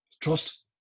trust